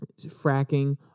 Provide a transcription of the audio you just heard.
fracking